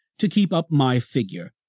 to keep up my figure,